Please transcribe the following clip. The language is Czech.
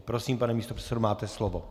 Prosím, pane místopředsedo, máte slovo.